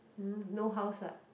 no house what